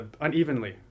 unevenly